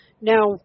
Now